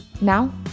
Now